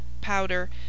powder